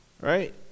Right